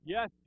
Yes